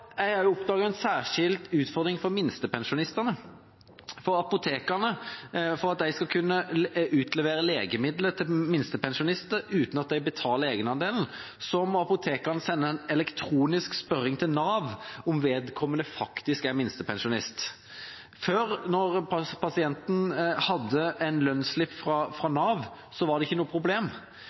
Jeg har oppdaget en særskilt utfordring for minstepensjonistene. For at apotekerne skal kunne utlevere legemidler til minstepensjonisten uten at de betaler egenandelen, må apotekeren sende en elektronisk spørring til Nav om vedkommende faktisk er minstepensjonist. Når pasienten før hadde en lønnsslipp fra Nav, var det ikke noe problem,